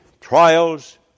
trials